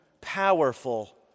powerful